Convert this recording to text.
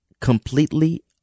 completely